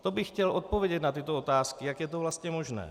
To bych chtěl odpovědět na tyto otázky, jak je to vlastně možné.